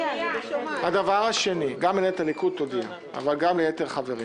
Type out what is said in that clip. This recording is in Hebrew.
גם מנהלת הליכוד תודיע, אבל גם ליתר החברים.